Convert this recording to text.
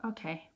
Okay